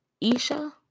Isha